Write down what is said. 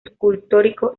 escultórico